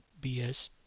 BS